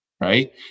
right